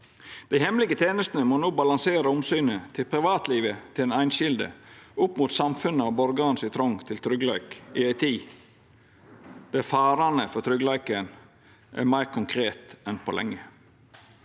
Dei hemmelege tenestene må no balansera omsynet til privatlivet til den einskilde opp mot samfunnet og borgarane sin trong for tryggleik, i ei tid der farane for tryggleiken er meir konkrete enn på lenge.